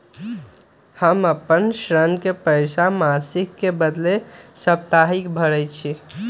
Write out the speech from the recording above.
हम अपन ऋण के पइसा मासिक के बदले साप्ताहिके भरई छी